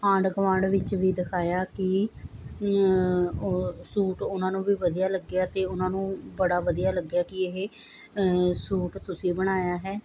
ਆਂਢ ਗੁਆਂਢ ਵਿੱਚ ਵੀ ਦਿਖਾਇਆ ਕਿ ਉਹ ਸੂਟ ਉਹਨਾਂ ਨੂੰ ਵੀ ਵਧੀਆ ਲੱਗਿਆ ਅਤੇ ਉਹਨਾਂ ਨੂੰ ਬੜਾ ਵਧੀਆ ਲੱਗਿਆ ਕਿ ਇਹ ਸੂਟ ਤੁਸੀਂ ਬਣਾਇਆ ਹੈ